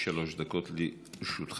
שלוש דקות לרשותך.